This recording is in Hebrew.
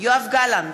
יואב גלנט,